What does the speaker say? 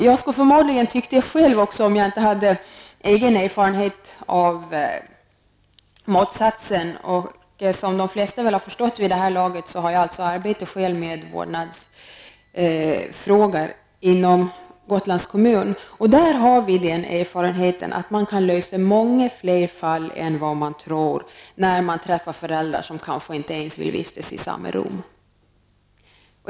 Jag skulle förmodligen också själv ha tyckt det om jag inte hade haft egen erfarenhet av motsatsen. Som de flesta väl har förstått vid det här laget, har jag alltså själv arbetat med vårdnadsfrågor inom Gotlands kommun. Där har vi den erfarenheten att man kan lösa många fler fall än vad man tror när man träffar föräldrar som kanske inte ens vill vistas i samma rum.